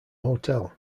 hotel